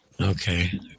Okay